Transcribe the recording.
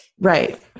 right